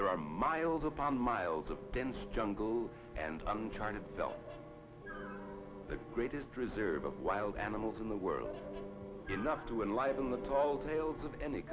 there are miles upon miles of dense jungle and i'm trying to sell the greatest preserve of wild animals in the world enough to enliven the tall tales of